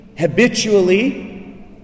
habitually